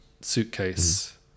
suitcase